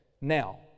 Now